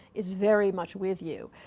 is very much with you.